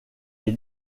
est